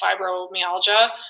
fibromyalgia